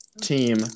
team